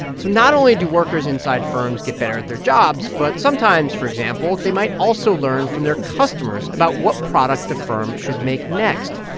so not only do workers inside firms get better at their jobs, but sometimes, for example, they might also learn from their customers about what product the firm should make next.